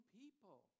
people